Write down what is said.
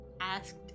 asked